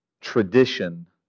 tradition